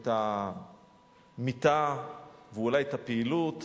את המיטה ואולי את הפעילות,